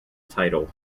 title